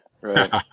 Right